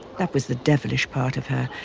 that was the devilish part of her,